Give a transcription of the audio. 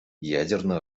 ядерно